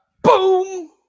Boom